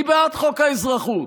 אני בעד חוק האזרחות,